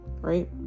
right